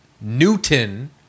Newton